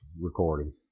recording